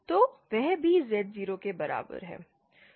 तो वह भी Z0 के बराबर है